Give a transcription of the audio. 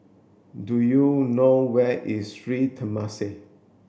do you know where is Sri Temasek